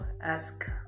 ask